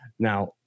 Now